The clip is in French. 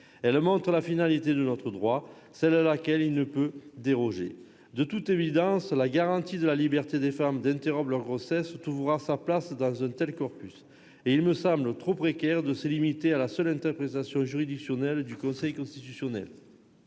Elle indique la finalité de notre droit, celle à laquelle il ne saurait déroger. De toute évidence, la garantie donnée à la liberté des femmes d'interrompre leur grossesse trouvera sa place dans un tel corpus. Et il me semble trop précaire de se limiter à la seule interprétation jurisprudentielle du Conseil constitutionnel.